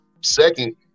second